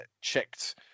checked